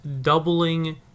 doubling